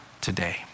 today